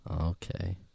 Okay